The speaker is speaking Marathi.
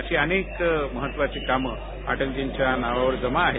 अशी अनेक महत्त्वांची कामं अटलजींच्या नावावर जमा आहेत